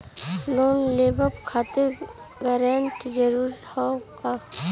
Loan लेवब खातिर guarantor जरूरी हाउ का?